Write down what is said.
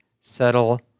settle